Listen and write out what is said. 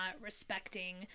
respecting